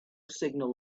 signal